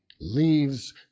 leaves